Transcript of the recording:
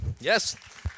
yes